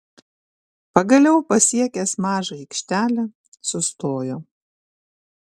pagaliau pasiekęs mažą aikštelę sustojo